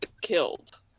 killed